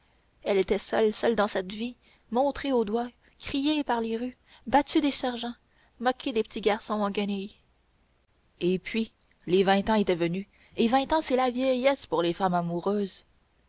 elle était seule seule dans cette vie montrée au doigt criée par les rues battue des sergents moquée des petits garçons en guenilles et puis les vingt ans étaient venus et vingt ans c'est la vieillesse pour les femmes amoureuses